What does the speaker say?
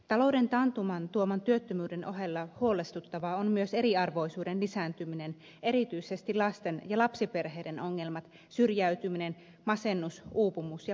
talouden taantuman tuoman työttömyyden ohella huolestuttavaa on myös eriarvoisuuden lisääntyminen erityisesti lasten ja lapsiperheiden ongelmat syrjäytyminen masennus uupumus ja pahoinvointi